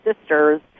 sisters